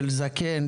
של זקן,